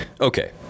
okay